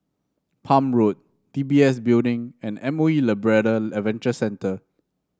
Palm Road D B S Building and M O E Labrador Adventure Centre